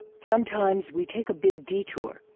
sometimes we take a big detour,